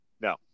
No